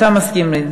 אתה מסכים.